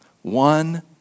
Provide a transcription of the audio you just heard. One